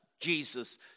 Jesus